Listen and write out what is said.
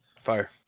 fire